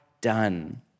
done